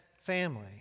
family